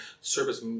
service